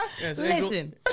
Listen